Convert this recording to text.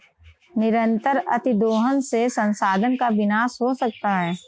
निरंतर अतिदोहन से संसाधन का विनाश हो सकता है